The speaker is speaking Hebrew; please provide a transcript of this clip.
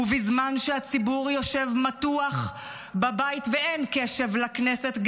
ובזמן שהציבור יושב מתוח בבית ואין קשב לכנסת,